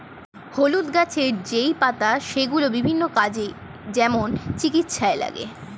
হলুদ গাছের যেই পাতা সেগুলো বিভিন্ন কাজে, যেমন চিকিৎসায় লাগে